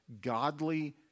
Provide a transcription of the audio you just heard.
godly